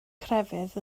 crefydd